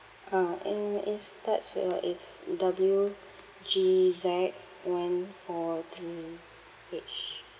ah and it starts with a it's W G Z one four three H